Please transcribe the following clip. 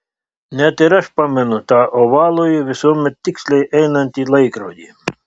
net ir aš pamenu tą ovalųjį visuomet tiksliai einantį laikrodį